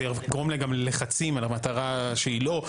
זה יגרום גם ללחצים על המטרה שהיא לא,